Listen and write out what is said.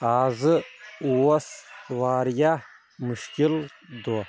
آز اوس واریاہ مُشکل دۄہ